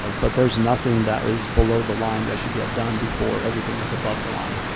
but there's nothing that is below the line that should get done before everything that's above the line.